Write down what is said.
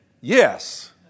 Yes